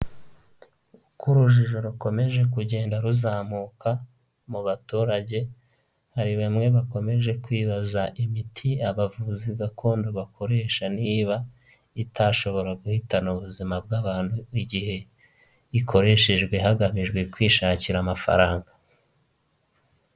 Uko urujijo rukomeje kugenda ruzamuka mu baturage, hari bamwe bakomeje kwibaza imiti abavuzi gakondo bakoresha, niba itashobora guhitana ubuzima bw'abantu, igihe ikoreshejwe hagamijwe kwishakira amafaranga.